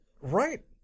right